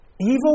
Evil